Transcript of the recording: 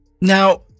Now